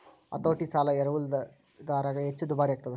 ಹತೋಟಿ ಸಾಲ ಎರವಲುದಾರಗ ಹೆಚ್ಚ ದುಬಾರಿಯಾಗ್ತದ